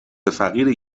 فقیری